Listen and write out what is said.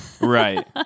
Right